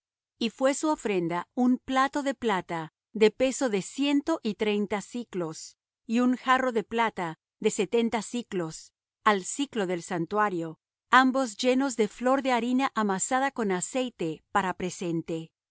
y su ofrenda un plato de plata de ciento y treinta siclos de peso un jarro de plata de setenta siclos al siclo del santuario ambos llenos de flor de harina amasada con aceite para presente